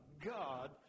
God